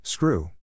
Screw